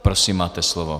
Prosím, máte slovo.